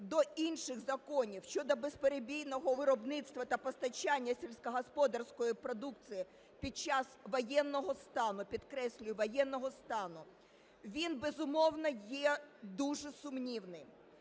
до інших законів щодо безперебійного виробництва та постачання сільськогосподарської продукції під час воєнного стану (підкреслюю – воєнного стану), він є дуже сумнівний.